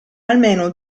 almeno